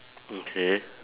okay